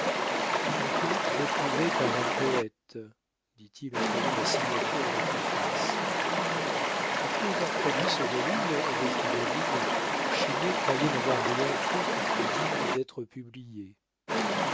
un poète retrouvé par un poète dit-il en voyant la signature de la préface après avoir produit ce volume reprit david chénier croyait n'avoir rien fait qui fût digne d'être publié